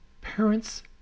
parents